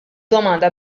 domanda